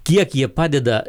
kiek jie padeda